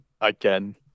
again